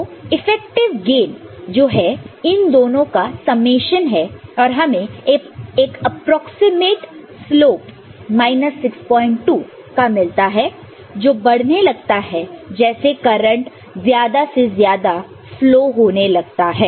तो effective gain जो है इन दोनों का सम्मेशन है और हमें एक अप्रॉक्सिमेट्स स्लोप 62 का मिलता है जो बढ़ने लगता है जैसे करंट ज्यादा से ज्यादा फ्लो होने लगता है